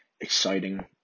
exciting